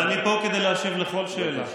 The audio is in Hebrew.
ואני פה כדי להשיב על כל שאלה.